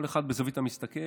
כל אחד בזווית המסתכל,